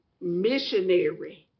missionary